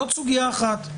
זו סוגיה אחת.